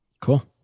Cool